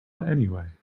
anyway